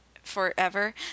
forever